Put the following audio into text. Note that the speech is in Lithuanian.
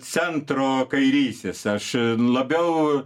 centro kairysis aš labiau